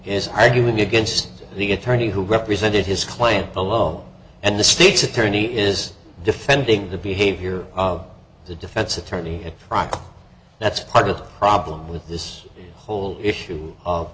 is arguing against the attorney who represented his client below and the state's attorney is defending the behavior of the defense attorney that's part of the problem with this whole issue of